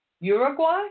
Uruguay